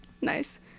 Nice